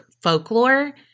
folklore